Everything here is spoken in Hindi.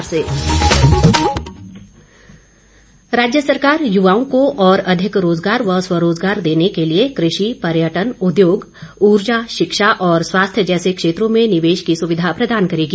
मुख्यमंत्री राज्य सरकार युवाओं को और अधिक रोजगार व स्वरोजगार देने के लिए कृषि पर्यटन उद्योग उर्जा शिक्षा और स्वास्थ्य जैसे क्षेत्रों में निवेश की सुविधा प्रदान करेगी